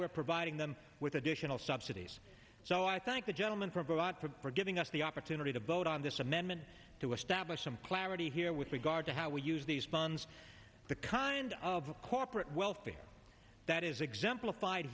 we're providing them with additional subsidies so i thank the gentleman from the lot for giving us the opportunity to vote on this amendment to establish some clarity here with regard to how we use these funds the kind of corporate welfare that is exemplified